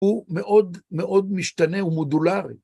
הוא מאוד מאוד משתנה ומודולרי.